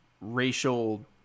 racial